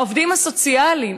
העובדים הסוציאליים,